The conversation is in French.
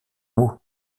mot